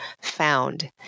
found